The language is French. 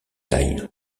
thaï